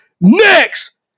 next